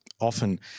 often